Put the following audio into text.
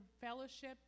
fellowship